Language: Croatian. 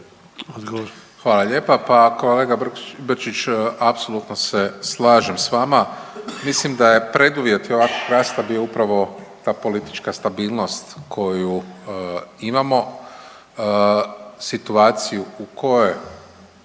Hvala lijepa. Pa kolega Brčić, apsolutno se slažem s vama, mislim da je preduvjet i ovakvog rasta bio upravo ta politička stabilnost koju imamo, situaciju u kojoj